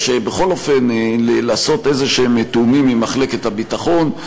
בכל אופן, לעשות איזשהם תיאומים עם מחלקת הביטחון,